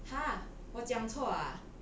!huh! 我讲错 ah